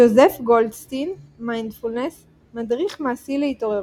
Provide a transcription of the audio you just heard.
גו'זף גולדסטין, מיינדפולנס מדריך מעשי להתעוררות,